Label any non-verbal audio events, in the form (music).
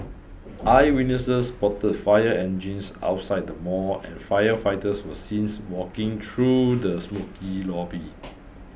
eyewitnesses spotted fire engines outside the mall and firefighters were seen (noise) walking through the smokey lobby